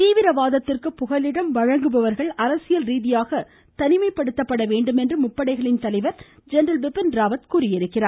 தீவிரவாதத்திற்கு ஆதரவளித்து புகலிடம் வழங்குபவர்கள் அரசியல் ரீதியாக தனிமைப்படுத்தப்பட வேண்டும் என்று முப்படைகளின் தலைவா் ஜெனரல் பிபின் ராவத் தெரிவித்துள்ளார்